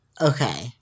Okay